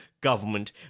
government